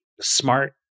smart